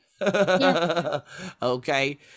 Okay